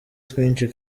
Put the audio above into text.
twinshi